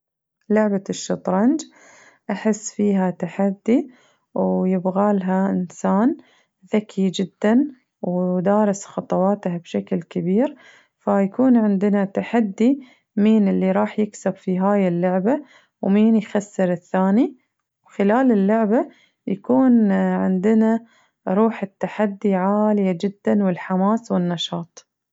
لعبة الشطرنج، أحس فيها تحدي ويبغالها إنسان ذكي جداً ودارس خطواته بشكل كبير فيكون عندنا تحدي مين اللي راح يكسب في هاي اللعبة ومين يخسر الثاني خلال اللعبة يكون عندنا روح التحدي عالية جداً والحماس والنشاط.